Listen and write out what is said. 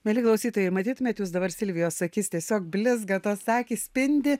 mieli klausytojai matytumėt jūs dabar silvijos akys tiesiog blizga tos akys spindi